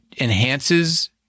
enhances